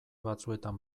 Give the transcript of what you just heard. batzuetan